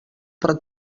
per